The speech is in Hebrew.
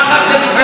איפה הייתם?